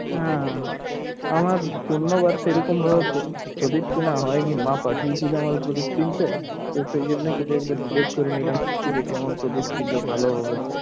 হ্যাঁ আমার অন্যবার সেরকমভাবে প্রদীপ কিনা হয়নি মা পাঠিয়েছিলো আমায় প্রদীপ কিনতে তো সেই জন্যই তোকে একবার জিজ্ঞেস করে নিলাম কি যে কেমন প্রদীপ কিনলে ভালো হবে